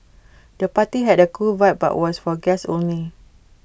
the party had A cool vibe but was for guests only